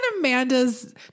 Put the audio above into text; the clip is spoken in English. Amanda's